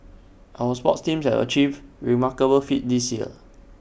our sports teams have achieved remarkable feats this year